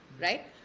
right